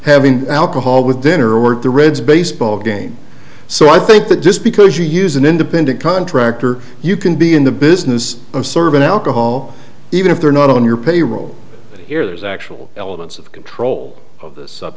having alcohol with dinner work the reds baseball game so i think that just because you use an independent contractor you can be in the business of serving alcohol even if they're not on your payroll here there's actual elements of control of this sub